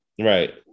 Right